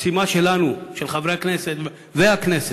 המשימה שלנו, של חברי הכנסת והכנסת,